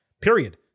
period